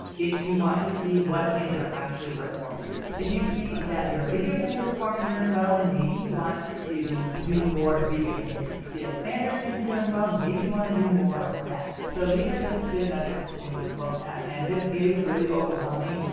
if you want to see what pins are actually performing for you. if you see that your video pins are performing really well, then maybe you want to do more video pins. if you see that standard pins are doing, well maybe you want to do more of that. so these are just good metrics to look at and this is really overwhelming,